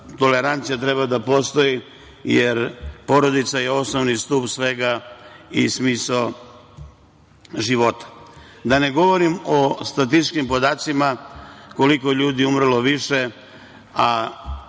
tolerancija treba da postoji jer porodica je osnovni stub svega i smisao života. Da ne govorim o statističkim podacima koliko ljudi je umrlo više,